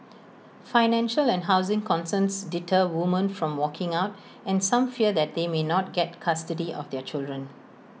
financial and housing concerns deter women from walking out and some fear that they may not get custody of their children